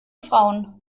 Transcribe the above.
frauen